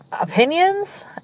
opinions